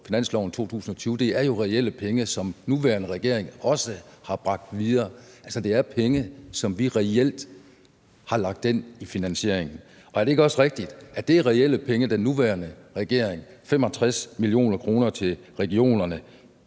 finansloven for 2020 jo er reelle penge, som den nuværende regering også har bragt videre, altså, at det er penge, som vi reelt har lagt ind i finansieringen? Og er det ikke også rigtigt, at de 55 mio. kr., den nuværende regering har afsat for